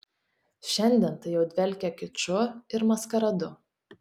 šiandien tai jau dvelkia kiču ir maskaradu